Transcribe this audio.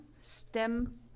STEM